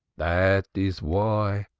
that is why.